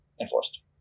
enforced